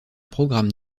programme